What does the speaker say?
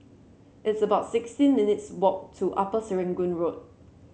it's about sixteen minutes' walk to Upper Serangoon Road